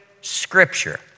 scripture